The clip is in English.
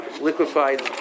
liquefied